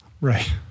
Right